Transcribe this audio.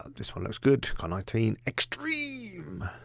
um this one looks good. carnitine xtreme.